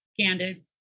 candid